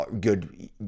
good